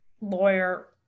lawyer